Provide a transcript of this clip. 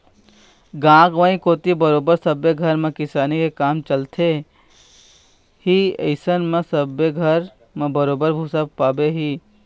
गाँव गंवई कोती बरोबर सब्बे घर म किसानी के काम चलथे ही अइसन म सब्बे घर म बरोबर भुसा पाबे ही